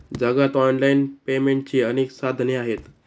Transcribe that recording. जगात ऑनलाइन पेमेंटची अनेक साधने आहेत